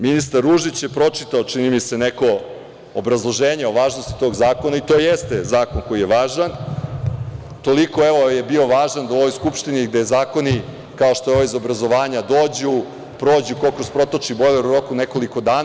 Ministar Ružić je pročitao, čini mi se, neko obrazloženje o važnosti tog zakona i to jeste zakon koji je važan, toliko evo je bio važan da u ovoj Skupštini gde i zakoni, kao što je ovaj iz obrazovanja, dođu-prođu, kao kroz protočni bojler, u roku od nekoliko dana.